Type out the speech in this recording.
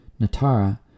Natara